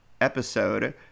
episode